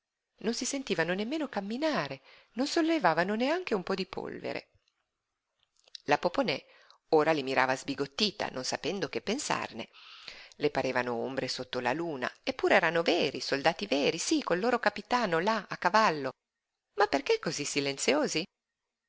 non si sentivano nemmeno camminare e non sollevavano neanche un po di polvere la poponè ora li mirava sbigottita non sapendo che pensarne le parevano ombre sotto la luna eppure erano veri soldati veri sí col loro capitano là a cavallo ma perché cosí silenziosi